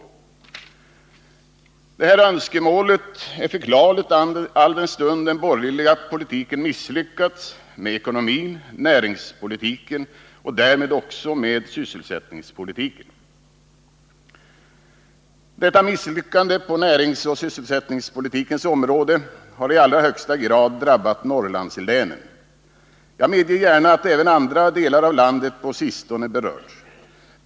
Det här önskemålet är förklarligt alldenstund den borgerliga politiken misslyckats med ekonomin, näringspolitiken och därmed också med sysselsättningspolitiken. i Detta misslyckande på näringsoch sysselsättningspolitikens område har i allra högsta grad drabbat Norrlandslänen. Jag medger gärna att även andra delar av landet på sistone berörts.